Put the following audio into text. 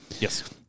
Yes